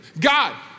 God